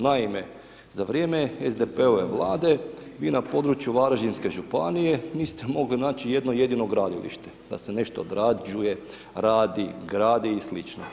Naime, za vrijeme SDP-ove Vlade vi na području Varaždinske županije niste mogli naći jedno jedino gradilište, da se nešto odrađuje, radi, gradi i sl.